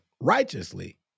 righteously